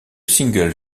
single